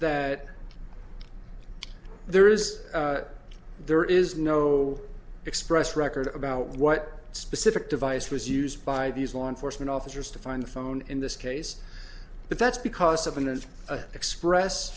that there is there is no expressed record about what specific device was used by these law enforcement officers to find the phone in this case but that's because seven is a express